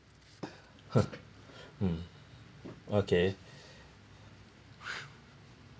mm okay